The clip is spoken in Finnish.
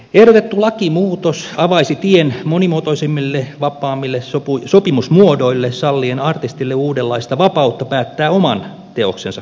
ehdotettu lakimuutos avaisi tien monimuotoisemmille vapaammille sopimusmuodoille sallien artistille uudenlaista vapautta päättää oman teoksensa käytöstä